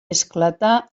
esclatà